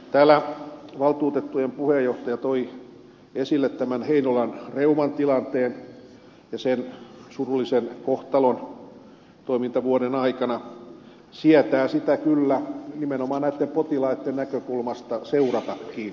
täällä valtuutettujen puheenjohtaja toi esille tämän heinolan reuman tilanteen ja sen surullisen kohtalon toimintavuoden aikana sietää sitä kyllä nimenomaan näitten potilaitten näkökulmasta seuratakin